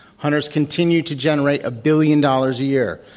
hunters continue to generate a billion dollars a year.